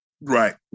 Right